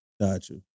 Gotcha